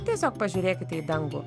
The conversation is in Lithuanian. tiesiog pažiūrėkite į dangų